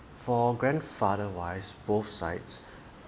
for grandfather wise both sides